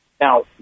now